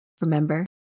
remember